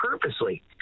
purposely